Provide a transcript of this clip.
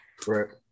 correct